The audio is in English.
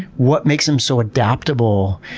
what makes them so adaptable?